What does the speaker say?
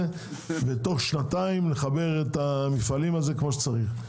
ותוך שנתיים לחבר את המפעלים כמו שצריך.